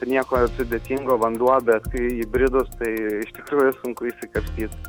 nieko sudėtingo vanduo bet kai įbridus tai iš tikrųjų sunku išsikapstyt